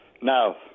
no